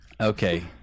Okay